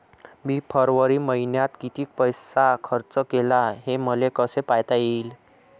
मी फरवरी मईन्यात कितीक पैसा खर्च केला, हे मले कसे पायता येईल?